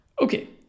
okay